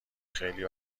خیلی